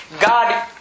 God